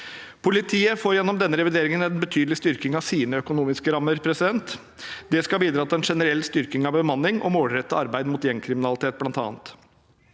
Politiet får gjennom denne revideringen en betydelig styrking av sine økonomiske rammer. Det skal bl.a. bidra til en generell styrking av bemanningen og målrettet arbeid mot gjengkriminalitet. I tillegg